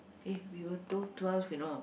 eh we were told twelve you know